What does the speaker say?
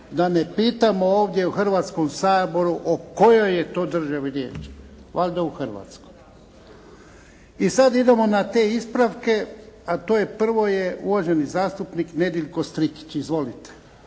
da ne pitamo ovdje u Hrvatskom saboru o kojoj je to državi riječ. Valjda o Hrvatskoj. I sada idemo na te ispravke. Prvo je uvaženi zastupnik Nedjeljko Strikić. Izvolite.